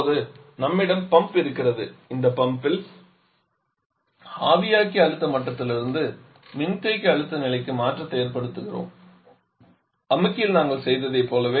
இப்போது நம்மிடம் பம்ப் இருக்கிறது இந்த பம்பில் ஆவியாக்கி அழுத்த மட்டத்திலிருந்து மின்தேக்கி அழுத்த நிலைக்கு மாற்றத்தை ஏற்படுத்துகிறோம் அமுக்கியில் நாங்கள் செய்ததைப் போல